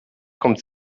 kommt